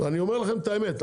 אני אומר לכם את האמת,